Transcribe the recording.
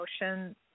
emotion